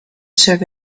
serve